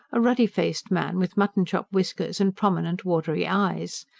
a ruddy-faced man with mutton-chop whiskers and prominent, watery eyes.